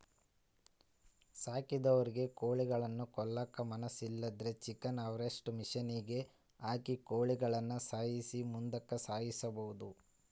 ಸಾಕಿದೊರಿಗೆ ಕೋಳಿಗುಳ್ನ ಕೊಲ್ಲಕ ಮನಸಾಗ್ಲಿಲ್ಲುದ್ರ ಚಿಕನ್ ಹಾರ್ವೆಸ್ಟ್ರ್ ಮಷಿನಿಗೆ ಹಾಕಿ ಕೋಳಿಗುಳ್ನ ಸಾಯ್ಸಿ ಮುಂದುಕ ಸಾಗಿಸಬೊದು